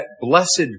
blessed